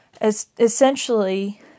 essentially